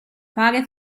fare